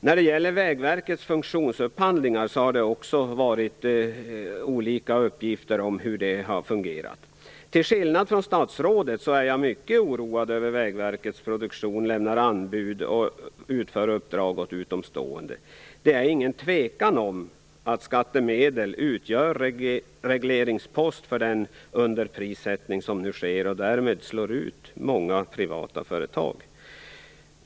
När det gäller Vägverkets funktionsupphandlingar har det funnit olika uppgifter om hur det har fungerat. Till skillnad från statsrådet är jag mycket oroad över att Vägverket Produktion lämnar anbud och utför uppdrag åt utomstående. Det är ingen tvekan om att skattemedel utgör regleringspost för den underprissättning som nu sker och därmed slår ut många privata företag.